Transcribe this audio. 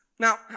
Now